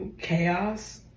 chaos